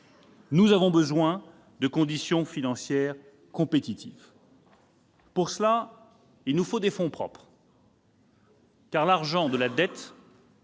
Nous avons besoin de conditions financières compétitives. Pour cela, il nous faut des fonds propres, car l'argent de la dette